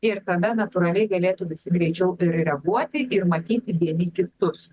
ir tada natūraliai galėtų visi greičiau ir reaguoti ir matyti vieni kitus